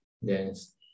Yes